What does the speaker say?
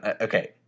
okay